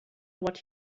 what